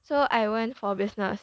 so I went for business